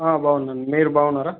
బాగుందండి మీరు బాగున్నారా